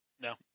No